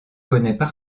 connaissait